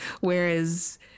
Whereas